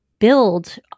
build